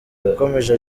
yakomeje